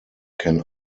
can